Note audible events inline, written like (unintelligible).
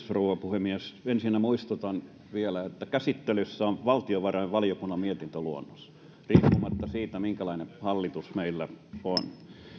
(unintelligible) rouva puhemies ensinnä muistutan vielä että käsittelyssä on valtiovarainvaliokunnan mietintö riippumatta siitä minkälainen hallitus meillä on